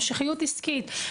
המשכיות עסקית.